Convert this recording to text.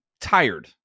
tired